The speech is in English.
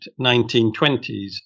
1920s